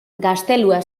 gaztelua